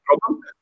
problem